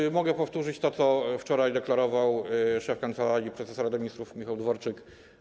Otóż mogę powtórzyć to, co wczoraj deklarował szef Kancelarii Prezesa Rady Ministrów Michał Dworczyk.